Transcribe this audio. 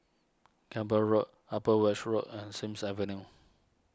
Camborne Road Upper Weld Road and Sims Avenue